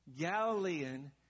Galilean